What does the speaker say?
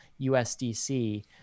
USDC